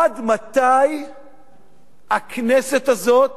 עד מתי הכנסת הזאת